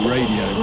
Radio